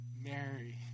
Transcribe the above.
Mary